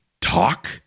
talk